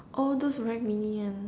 oh those very mini one